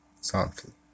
softly